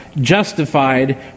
justified